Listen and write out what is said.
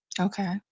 Okay